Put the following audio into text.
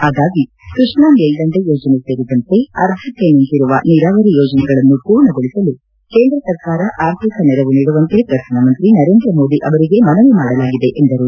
ಹಾಗಾಗಿ ಕೃಷ್ಣಾ ಮೇಲ್ದಂಡೆ ಯೋಜನೆ ಸೇರಿದಂತೆ ಅರ್ಧಕ್ಕೆ ನಿಂತಿರುವ ನೀರಾವರಿ ಯೋಜನೆಗಳನ್ನು ಪೂರ್ಣಗೊಳಸಲು ಕೇಂದ್ರ ಸರ್ಕಾರ ಆರ್ಥಿಕ ನೆರವು ನೀಡುವಂತೆ ಪ್ರಧಾನಮಂತ್ರಿ ನರೇಂದ್ರ ಮೋದಿ ಅವರಿಗೆ ಮನವಿ ಮಾಡಲಾಗಿದೆ ಎಂದರು